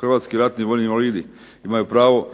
Hrvatski ratni vojni invalidi imaju pravo